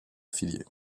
affilié